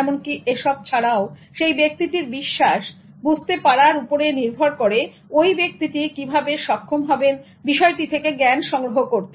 এমনকি এসব ছাড়াও সেই ব্যক্তিটির বিশ্বাস বুঝতে পারার উপরে নির্ভর করে ওই ব্যক্তিটি কিভবে সক্ষম হবেন বিষয়টি থেকে জ্ঞান সংগ্রহ করতে